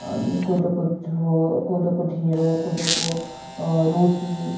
कोदोको झो कोदोको ढिँडो कोदोको रोटी